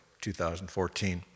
2014